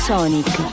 Sonic